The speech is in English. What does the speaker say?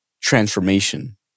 transformation